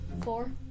four